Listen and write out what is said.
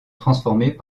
transformés